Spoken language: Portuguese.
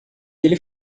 ele